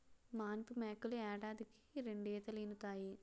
మానిపు మేకలు ఏడాదికి రెండీతలీనుతాయి